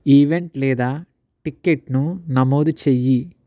event లేదా టిక్కెట్ను నమోదు చెయ్యి